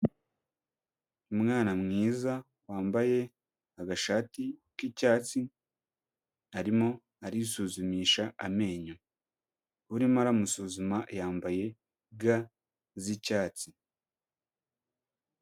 Umwana mwiza wambaye agashati k'icyatsi arimo arisuzumisha amenyo urimo aramusuzuma yambaye ga z'icyatsi.